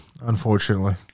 unfortunately